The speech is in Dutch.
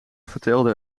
vertelde